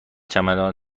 چمدان